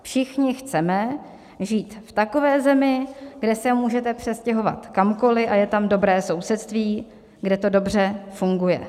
Všichni chceme žít v takové zemi, kde se můžete přestěhovat kamkoli a je tam dobré sousedství, kde to dobře funguje.